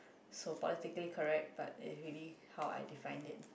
so politically correct but it's really how I define it